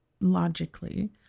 logically